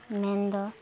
ᱢᱮᱱᱫᱚ